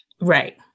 Right